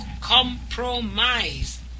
compromise